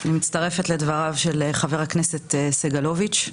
אני מצטרפת לדברינו של חבר הכנסת סגלוביץ'.